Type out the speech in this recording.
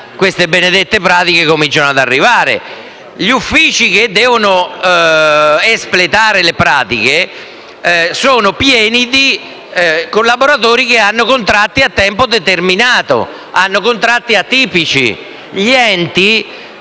quelle benedette pratiche cominciano ad arrivare. Gli uffici che devono espletare le pratiche sono pieni di collaboratori che hanno contratti a tempo determinato, contratti atipici. Se non